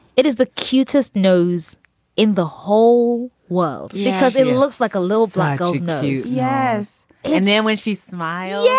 it is the cutest nose in the whole world because it looks like a little blackguards nose. yes. and then when she smiled, yeah